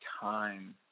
time